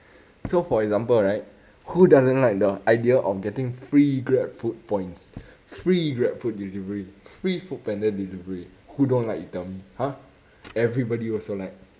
so for example right who doesn't like the idea of getting free grabfood points free grabfood points free grabfood delivery free foodpanda delivery who don't like you tell me !huh! everybody also like